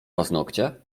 paznokcie